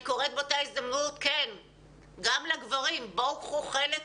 בהזדמנות זו אני קוראת גם לגברים, בואו קחו חלק.